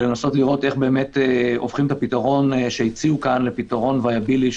לנסות לראות איך הופכים את הפתרון שהציעו כאן לפתרון ויאבילי,